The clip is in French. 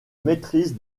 maîtrise